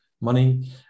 money